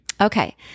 okay